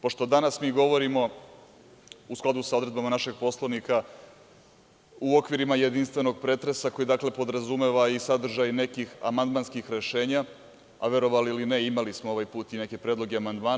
Pošto danas govorimo u skladu sa odredbama našeg Poslovnika, u okvirima jedinstvenog pretresa, a to podrazumeva i sadržaj nekih amandmanskih rešenja, a verovali ili ne imali smo ovaj put neke predloge amandmana.